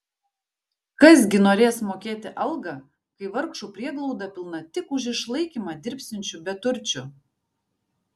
kas gi norės mokėti algą kai vargšų prieglauda pilna tik už išlaikymą dirbsiančių beturčių